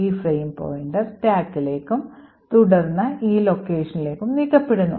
ഈ frame pointer സ്റ്റാക്കിലേക്കും തുടർന്ന് ഈ ലൊക്കേഷനിലേക്ക് ഉം നീക്കപ്പെടുന്നു